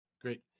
Great